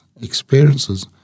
experiences